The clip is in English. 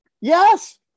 Yes